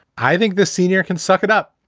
i think the senior can suck it up.